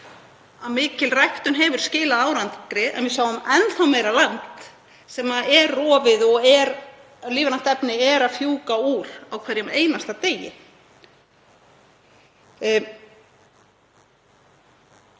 að mikil ræktun hefur skilað árangri. En við sjáum enn meira land sem er rofið og lífrænt efni er að fjúka úr á hverjum einasta degi.